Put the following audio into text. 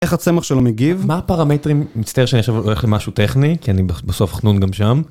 איך הצמח שלו מגיב? מה הפרמטרים? מצטער שאני עכשיו הולך למשהו טכני, כי אני בסוף חנון גם שם.